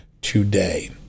today